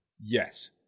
Yes